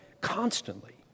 constantly